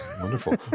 Wonderful